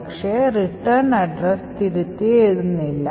പക്ഷേ return address തിരുത്തി എഴുതില്ല